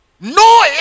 no